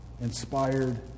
inspired